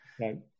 Right